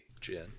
Jen